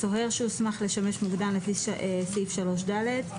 סוהר שהוסמך לשמש מוקדן לפי סעיף 3ד,